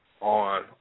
on